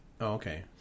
okay